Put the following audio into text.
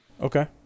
Okay